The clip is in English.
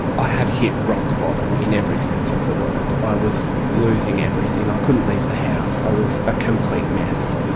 i had hit rock bottom in every sense of the word, i was losing everything, i couldn't leave the house, i was a complete mess.